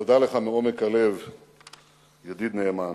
תודה לך מעומק הלב, ידיד נאמן.